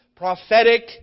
Prophetic